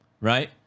right